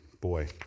boy